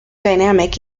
dynamic